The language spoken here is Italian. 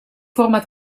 forma